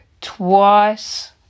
twice